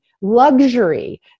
luxury